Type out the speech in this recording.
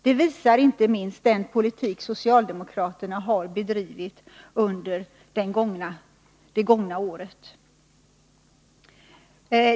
Det visar inte minst den politik socialdemokraterna har bedrivit under det gångna året.